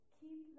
keep